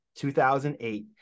2008